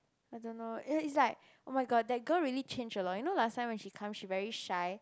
I don't know eh it's like oh-my-god that girl really changed a lot you know last time when she come she very shy